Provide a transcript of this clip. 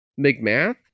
McMath